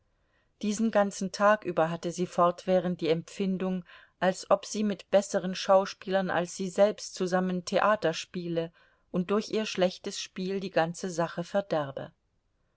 diesen ganzen tag über hatte sie fortwährend die empfindung als ob sie mit besseren schauspielern als sie selbst zusammen theater spiele und durch ihr schlechtes spiel die ganze sache verderbe